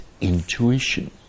intuition